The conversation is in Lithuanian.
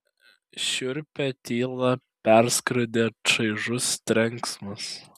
šiurpią tylą perskrodė čaižus trenksmas